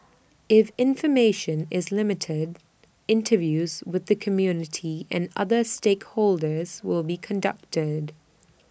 if information is limited interviews with the community and other stakeholders will be conducted